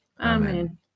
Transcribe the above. amen